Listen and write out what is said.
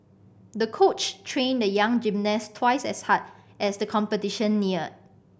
the coach trained the young gymnast twice as hard as the competition neared